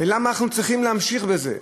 ולמה אנחנו צריכים להמשיך בזה?